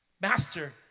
Master